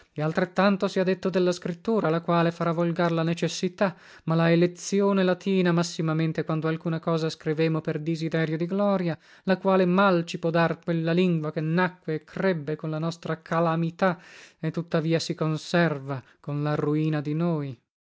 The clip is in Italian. e altrettanto sia detto della scrittura la quale farà volgar la necessità ma la elezzione latina massimamente quando alcuna cosa scrivemo per disiderio di gloria la quale mal ci pò dar quella lingua che nacque e crebbe con la nostra calamità e tuttavia si conserva con la ruina di noi